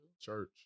Church